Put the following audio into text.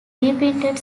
reprinted